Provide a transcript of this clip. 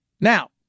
now